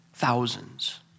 thousands